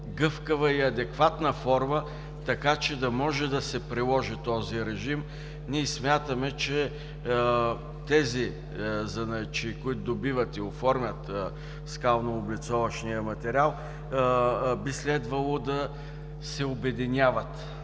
гъвкава и адекватна форма, така че да може да се приложи този режим. Ние смятаме, че занаятчиите, които добиват и оформят скалнооблицовъчния материал, би следвало да се обединяват